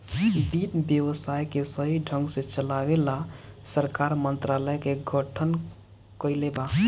वित्त व्यवस्था के सही ढंग से चलाये ला सरकार मंत्रालय के गठन कइले बा